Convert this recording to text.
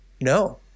No